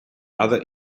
other